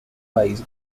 país